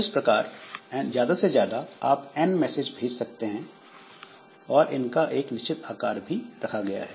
इस प्रकार ज्यादा से ज्यादा n मैसेज भेजे जा सकते हैं और इनका एक निश्चित आकार भी रखा गया है